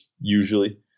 usually